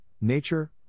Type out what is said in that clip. nature